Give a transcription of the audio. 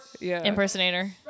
impersonator